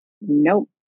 nope